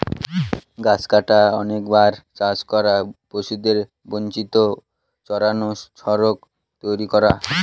গাছ কাটা, অনেকবার চাষ করা, পশুদের অবাঞ্চিত চড়ানো, সড়ক তৈরী করা